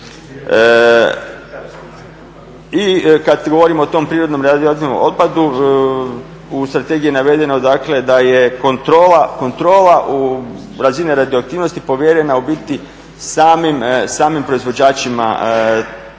I kad govorimo o tom prirodnom radioaktivnom otpadu u strategiji je navedeno dakle da je kontrola u razini radioaktivnosti povjerena u biti samim proizvođačima tog